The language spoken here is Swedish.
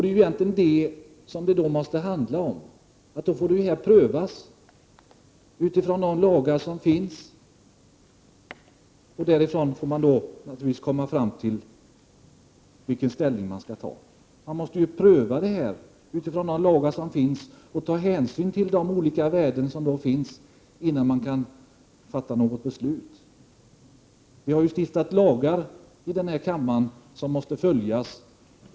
Det handlar om att dessa situationer måste prövas med utgångspunkt i de lagar som finns, och därefter får man försöka komma fram till ett ställningstagande. Man får alltså ta hänsyn till de värden som finns innan ett beslut kan fattas. Vi har i denna kammare stiftat lagar som måste följas.